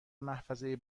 محفظه